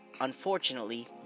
unfortunately